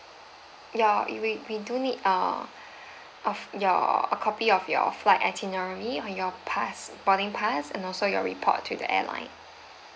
ya we we we do need err of your a copy of your flight itinerary or your pass boarding pass and also your report to the airline